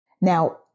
Now